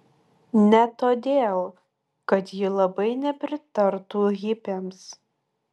ne todėl kad ji labai nepritartų hipiams